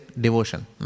devotion